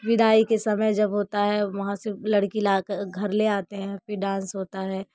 विदाई के समय जब होता है वहाँ से लड़की ला के घर ले आते हैं फिर डांस होता है